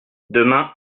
demain